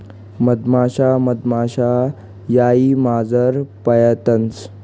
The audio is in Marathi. मधमाशा मधमाशा यार्डमझार पायतंस